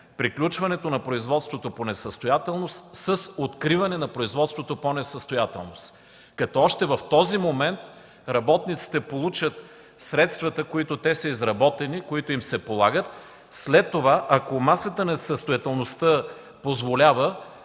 приключването на производството по несъстоятелност с откриване на производството по несъстоятелност, като още в този момент работниците получат средствата, които те са изработили и които им се полагат. След това, ако масата на несъстоятелността позволява,